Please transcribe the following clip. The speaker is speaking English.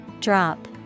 Drop